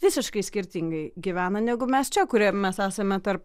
visiškai skirtingai gyvena negu mes čia kurie mes esame tarp